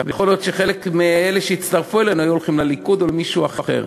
ויכול להיות שחלק מאלה שהצטרפו אלינו היו הולכים לליכוד או למישהו אחר.